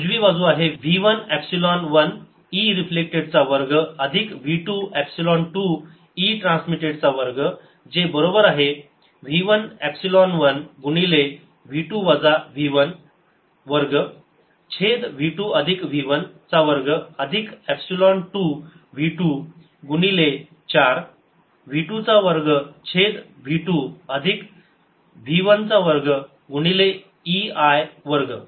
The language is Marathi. उजवी बाजू आहे v 1 एपसिलोन 1 e रिफ्लेक्टेड चा वर्ग अधिक v2 एपसिलोन 2 e ट्रान्समिटेड चा वर्ग जे बरोबर आहे v 1 एपसिलोन 1 गुणिले v 2 वजा v 1 वर्ग छेद v 2 अधिकv 1 चा वर्ग अधिक एपसिलोन 2 v 2 गुणिले 4 v 2 चा वर्ग छेद v 2 अधिक v 1 चा वर्ग गुणिले e I वर्ग